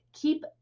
keep